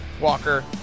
Walker